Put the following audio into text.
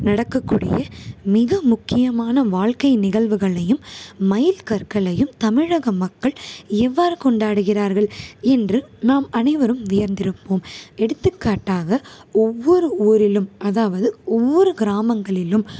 நடக்கக்கூடிய மிக முக்கியமான வாழ்க்கை நிகழ்வுகளையும் மைல்கற்களையும் தமிழக மக்கள் எவ்வாறு கொண்டாடுகிறார்கள் என்று நாம் அனைவரும் வியந்திருப்போம் எடுத்துக்காட்டாக ஒவ்வொரு ஊரிலும் அதாவது ஒவ்வொரு கிராமங்களிலும்